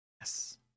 yes